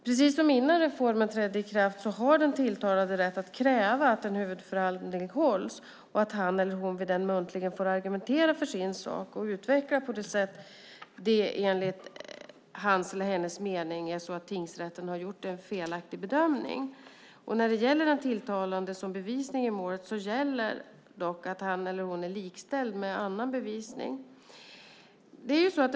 Precis som innan reformen trädde i kraft har den tilltalade rätt att kräva att en huvudförhandling hålls och att han eller hon vid den muntligen får argumentera för sin sak och utveckla det om det enligt hans eller hennes mening är så att tingsrätten har gjort en felaktig bedömning. I fråga om den tilltalade gäller dock att han eller hon är likställd med annan bevisning i målet.